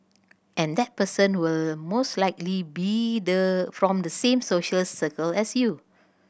and that person will most likely be the from the same social circle as you